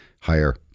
higher